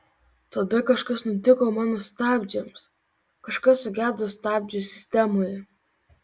tada kažkas nutiko mano stabdžiams kažkas sugedo stabdžių sistemoje